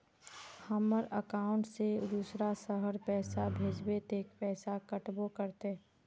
हमर अकाउंट से दूसरा शहर पैसा भेजबे ते पैसा कटबो करते?